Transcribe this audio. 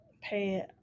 pay